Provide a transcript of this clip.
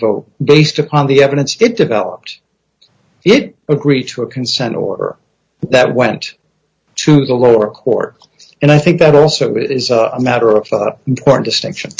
vote based upon the evidence it developed it agreed to a consent or that went to the lower court and i think that also is a matter of distinction